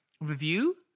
review